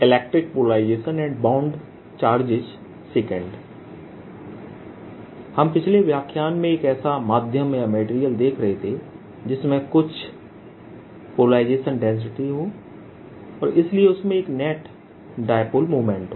electric polarization और bound charges II हम पिछले व्याख्यान में एक ऐसा माध्यम या मेटेरियल देख रहे थे जिसमें कुछ पासपोलराइजेशन डेंसिटी हो और इसलिए उसमें एक नेट डाईपोल मोमेंट हो